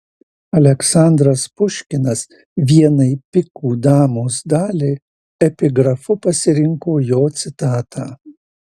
aleksandras puškinas vienai pikų damos daliai epigrafu pasirinko jo citatą